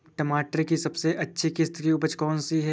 टमाटर की सबसे अच्छी किश्त की उपज कौन सी है?